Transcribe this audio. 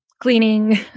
cleaning